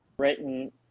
Written